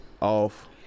off